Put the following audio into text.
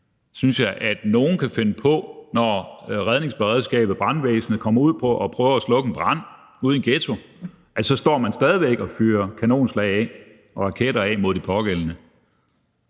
synes jeg, at nogen kan finde på, når brandvæsenet kommer ud og prøver at slukke en brand ude i en ghetto, at stå og fyre kanonslag og raketter af mod de pågældende